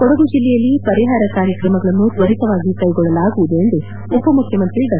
ಕೊಡಗು ಜಿಲ್ಲೆಯಲ್ಲಿ ಪರಿಹಾರ ಕಾರ್ಯಕ್ರಮಗಳನ್ನು ತ್ವರಿತವಾಗಿ ಕೈಗೊಳ್ಳಲಾಗುವುದು ಎಂದು ಉಪ ಮುಖ್ಖಮಂತ್ರಿ ಡಾ